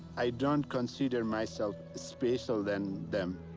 i don't consider myself special than them.